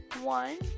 One